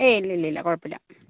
എയ് ഇല്ല ഇല്ല ഇല്ല കുഴപ്പമില്ല